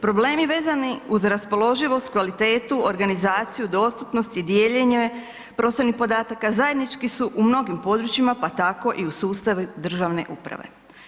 Problemi vezani uz raspoloživost, kvalitetu, organizaciju, dostupnosti i dijeljenje prostornih podataka, zajednički su u mnogim područjima pa tako i u sustavu državne uprave.